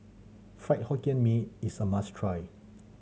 Fried Hokkien Mee is a must try